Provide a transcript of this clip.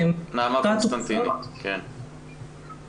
מחלות כרוניות הן מחלות שנמצאות תחת תקרת גבייה רבעונית